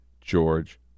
George